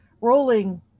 rolling